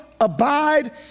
abide